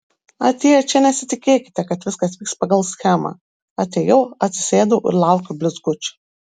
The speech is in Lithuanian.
atėję čia nesitikėkite kad viskas vyks pagal schemą atėjau atsisėdau ir laukiu blizgučių